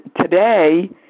today